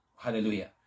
Hallelujah